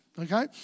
Okay